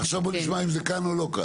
עכשיו בואי נשמע אם זה כאן או לא כאן.